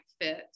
fit